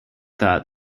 that